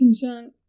conjunct